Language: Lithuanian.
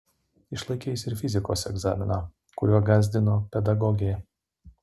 išlaikė jis ir fizikos egzaminą kuriuo gąsdino pedagogė